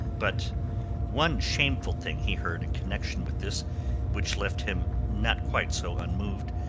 but one shameful thing he heard in connection with this which left him not quite so unmoved,